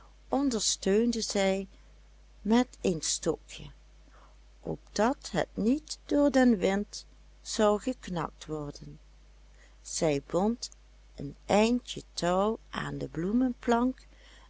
ondersteunde zij met een stokje opdat het niet door den wind zou geknakt worden zij bond een eindje touw aan de